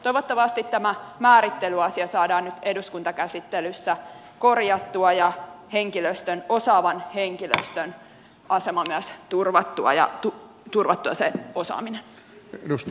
toivottavasti tämä määrittelyasia saadaan nyt eduskuntakäsittelyssä korjattua ja myös osaavan henkilöstön asema turvattua ja sen osaaminen turvattua